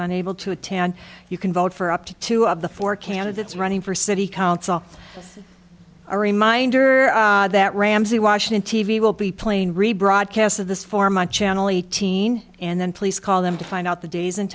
unable to a tan you can vote for up to two of the four candidates running for city council a reminder that ramsey washington t v will be playing rebroadcast of this for my channel eighteen and then please call them to find out the days and